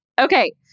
Okay